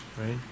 right